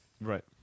Right